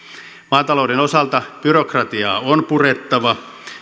maatalouden osalta byrokratiaa on purettava